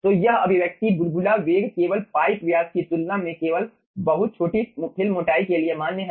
तो यह अभिव्यक्ति बुलबुला वेग केवल पाइप व्यास की तुलना में केवल बहुत छोटी फिल्म मोटाई के लिए मान्य है